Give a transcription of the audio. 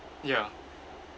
ya